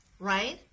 Right